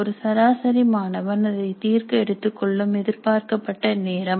ஒரு சராசரி மாணவன் அதை தீர்க்க எடுத்துக்கொள்ளும் எதிர்பார்க்கப்பட்ட நேரம்